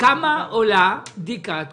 כמה עולה בדיקת קורונה?